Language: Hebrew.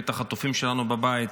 שנראה את החטופים שלנו בבית,